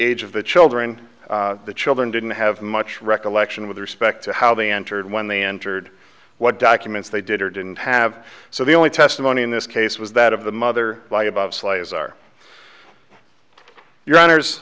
age of the children the children didn't have much recollection with respect to how they entered when they entered what documents they did or didn't have so the only testimony in this case was that of the mother by about slaves are your hono